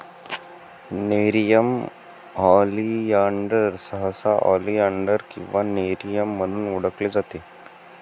nerium oleander सहसा oleander किंवा nerium म्हणून ओळखले जाते